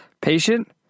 patient